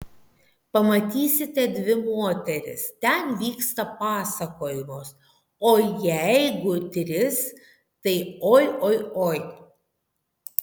pamatysite dvi moteris ten vyksta pasakojimas o jeigu tris tai oi oi oi